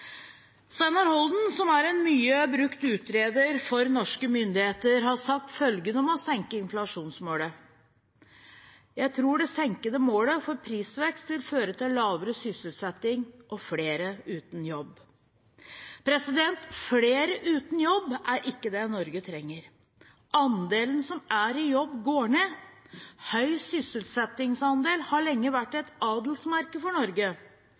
Steinar Holden, som er en mye brukt utreder for norske myndigheter, har sagt følgende om å senke inflasjonsmålet: «Jeg tror det senkede målet for prisveksten vil føre til lavere sysselsetting og flere uten jobb.» Flere uten jobb er ikke det Norge trenger. Andelen som er i jobb, går ned. Høy sysselsettingsandel har lenge vært et adelsmerke for Norge.